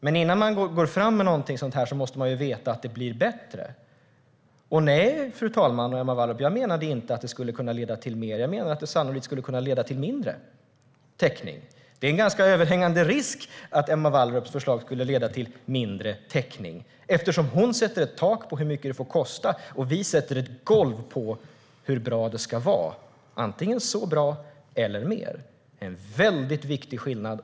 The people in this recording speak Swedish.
Men innan man går fram med något sådant här måste man ju veta att det blir bättre. Nej, fru talman och Emma Wallrup, jag menade inte att det skulle kunna leda till mer utan sannolikt till mindre täckning. Det är en ganska överhängande risk att Emma Wallrups förslag skulle leda till mindre täckning, eftersom hon sätter ett tak för hur mycket det får kosta, medan vi sätter ett golv för hur bra det ska vara - antingen så bra som det är eller bättre. Det är en väldigt viktig skillnad.